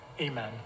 Amen